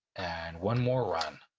and one more run.